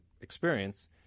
experience